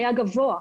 היה גבוה.